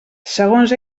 segons